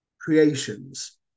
creations